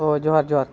ᱳᱻ ᱡᱚᱦᱟᱨ ᱡᱚᱦᱟᱨ